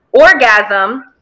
orgasm